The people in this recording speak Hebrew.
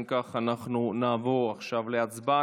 אם כך, אנחנו נעבור עכשיו להצבעה.